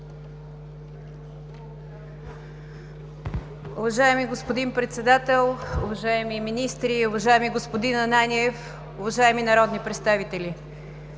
Уважаеми господин Председател, уважаеми министри, уважаеми господин Ананиев, уважаеми народни представители!